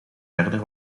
verder